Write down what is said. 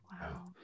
Wow